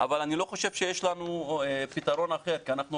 אבל אני לא חושב שיש לנו פתרון אחר,